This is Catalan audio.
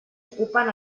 ocupen